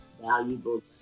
valuable